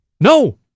No